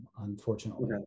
unfortunately